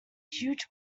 huge